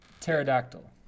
Pterodactyl